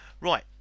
Right